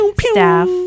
staff